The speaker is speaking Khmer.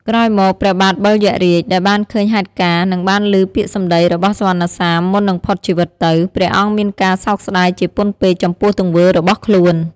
ក្រោយមក ព្រះបាទបិលយក្សរាជ ដែលបានឃើញហេតុការណ៍ និងបានឮពាក្យសម្ដីរបស់សុវណ្ណសាមមុននិងផុតជីវិតទៅ ព្រះអង្គមានការសោកស្ដាយជាពន់ពេកចំពោះទង្វើរបស់ខ្លួន។